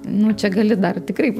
nu čia gali dar tikrai